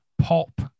pop